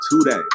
today